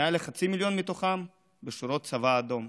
מעל לחצי מיליון בשורות הצבא האדום.